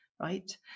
right